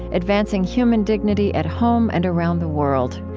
advancing human dignity at home and around the world.